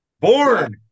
Born